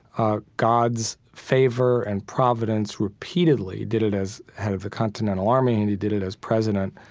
ah, god's favor and providence repeatedly. did it as head of the continental army, and he did it as president.